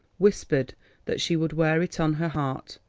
whispered that she would wear it on her heart,